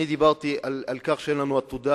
אני דיברתי על כך שאין לנו עתודה